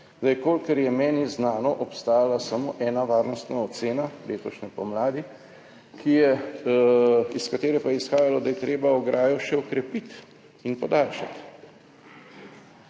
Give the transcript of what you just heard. Zdaj, kolikor je meni znano, obstajala samo ena varnostna ocena letošnje pomladi, ki je, iz katere pa je izhajalo, da je treba ograjo še okrepiti in podaljšati.